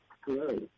Hello